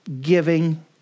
giving